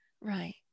Right